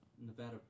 Nevada